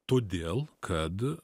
todėl kad